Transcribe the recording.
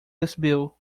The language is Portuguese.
recebeu